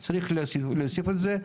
אז צריך להוסיף את זה.